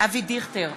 אבי דיכטר,